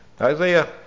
Isaiah